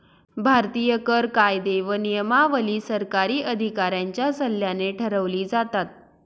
भारतीय कर कायदे व नियमावली सरकारी अधिकाऱ्यांच्या सल्ल्याने ठरवली जातात